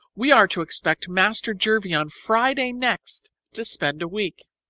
we are to expect master jervie on friday next to spend a week.